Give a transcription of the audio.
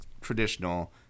traditional